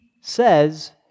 says